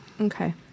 Okay